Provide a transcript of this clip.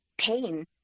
pain